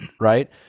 right